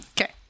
Okay